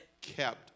kept